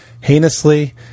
heinously